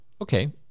Okay